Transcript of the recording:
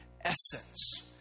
essence